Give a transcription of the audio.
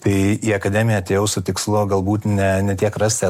tai į akademiją atėjau su tikslu o galbūt ne ne tiek rasti